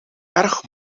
erg